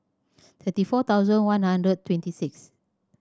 thirty four thousand one hundred and twenty six